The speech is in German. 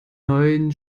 neun